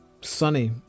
sunny